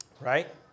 right